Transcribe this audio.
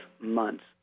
months